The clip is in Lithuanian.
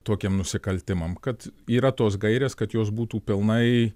tokiem nusikaltimam kad yra tos gairės kad jos būtų pilnai